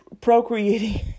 procreating